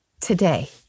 today